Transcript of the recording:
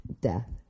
death